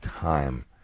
time